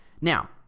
Now